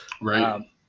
Right